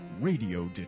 Radio